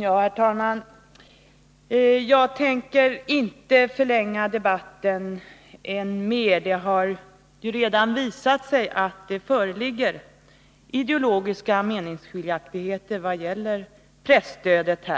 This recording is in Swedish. Herr talman! Jag tänker inte förlänga debatten mer — det har redan visat sig att det här i kammaren föreligger ideologiska meningsskiljaktligheter om presstödet.